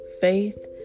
faith